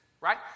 right